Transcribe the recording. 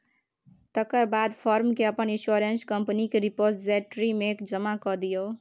तकर बाद फार्म केँ अपन इंश्योरेंस कंपनीक रिपोजिटरी मे जमा कए दियौ